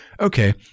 Okay